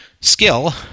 skill